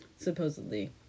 supposedly